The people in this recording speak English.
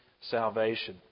salvation